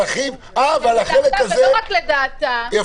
לא רק לדעתה,